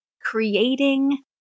creating